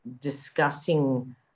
discussing